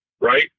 right